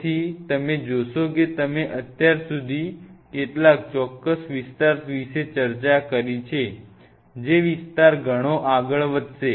તેથી તમે જોશો કે તમે અત્યાર સુધી કેટલાક ચોક્કસ વિસ્તાર વિશે ચર્ચા કરી છે જે વિસ્તાર ઘણો આગળ વધશે